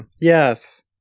Yes